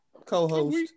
co-host